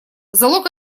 залог